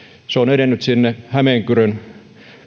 se on edennyt hämeenkyrön